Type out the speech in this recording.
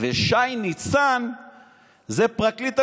ושי ניצן זה פרקליט המדינה.